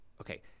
Okay